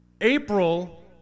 April